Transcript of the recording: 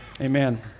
Amen